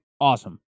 awesome